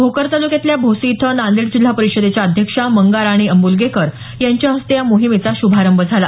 भोकर तालुक्यातल्या भोसी इथं नांदेड जिल्हा परिषदेच्या अध्यक्षा मंगाराणी आंबूलगेकर यांच्या हस्ते या मोहिमेचा श्भारंभ झाला